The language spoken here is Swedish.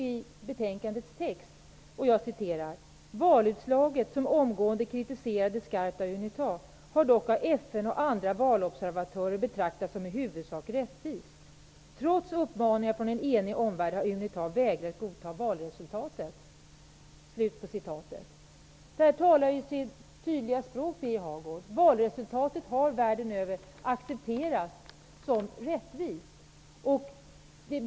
I betänkandets text står det: ''Valutslaget, som omgående kritiserades skarpt av Unita, har dock av FN och andra valobservatörer betraktats som i huvudsak rättvist. Trots uppmaningar från en enig omvärld har Unita vägrat godta valresultatet.'' Detta talar sitt tydliga språk, Birger Hagård. Valresultatet har accepterats som rättvist världen över.